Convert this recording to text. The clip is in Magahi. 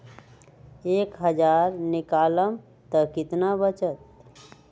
एक हज़ार निकालम त कितना वचत?